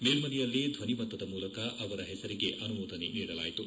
ಮೇಲ್ನೆಯಲ್ಲಿ ಧ್ವನಿಮತದ ಮೂಲಕ ಅವರ ಹೆಸರಿಗೆ ಅನುಮೋದನೆ ನೀಡಲಾಯಿತು